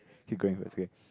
keep going it's okay